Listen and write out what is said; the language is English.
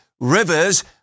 Rivers